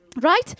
Right